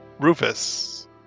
Rufus